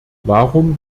warum